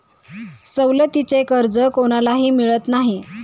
सवलतीचे कर्ज कोणालाही मिळत नाही